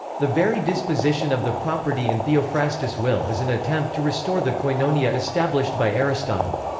the very disposition of the property in theophrastus' will is an attempt to restore the koinonia established by aristotle.